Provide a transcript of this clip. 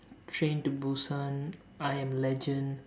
train to Busan I am legend